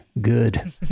good